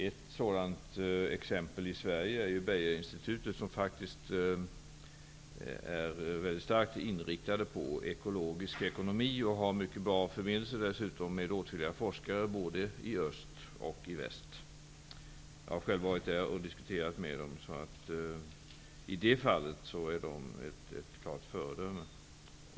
Ett sådant exempel i Sverige är Beijerinstitutet, som faktiskt är väldigt starkt inriktat på ekologisk ekonomi och som dessutom har mycket bra förbindelser med åtskilliga forskare både i öst och i väst. Jag har själv varit där och diskuterat med dess representanter. I det fallet är Beijerinstitutet ett klart föredöme.